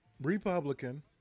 Republican